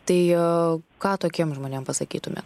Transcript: tai ką tokiem žmonėm pasakytumėt